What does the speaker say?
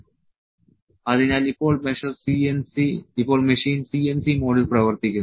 അതിനാൽ ഇപ്പോൾ machine CNC മോഡിൽ പ്രവർത്തിക്കുന്നു